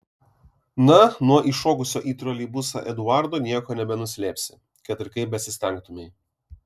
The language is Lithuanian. na nuo įšokusio į troleibusą eduardo nieko nebenuslėpsi kad ir kaip besistengtumei